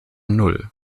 null